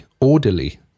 orderly